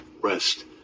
Rest